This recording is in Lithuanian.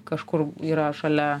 kažkur yra šalia